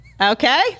Okay